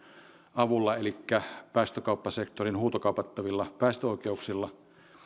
avulla elikkä päästökauppasektorin huutokaupattavilla päästöoikeuksilla